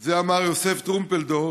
את זה אמר יוסף טרומפלדור